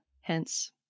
hence